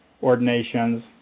ordinations